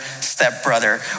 stepbrother